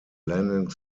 landing